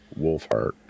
Wolfheart